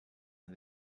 and